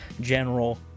general